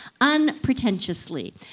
unpretentiously